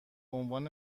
عنوان